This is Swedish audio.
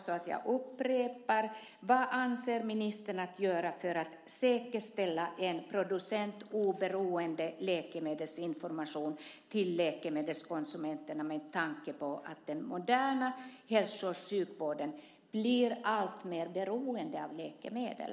Jag upprepar frågan: Vad avser ministern att göra för att säkerställa en producentoberoende läkemedelsinformation till läkemedelskonsumenterna med tanke på att den moderna hälso och sjukvården blir alltmer beroende av läkemedel?